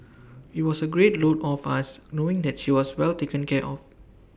IT was A great load off us knowing that she was well taken care of